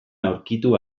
aurkitu